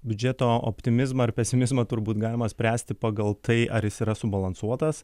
biudžeto optimizmą ar pesimizmą turbūt galima spręsti pagal tai ar jis yra subalansuotas